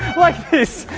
like this!